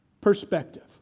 perspective